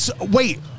Wait